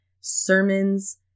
sermons